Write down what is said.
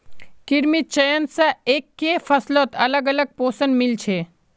कृत्रिम चयन स एकके फसलत अलग अलग पोषण मिल छे